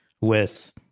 with-